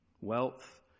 Wealth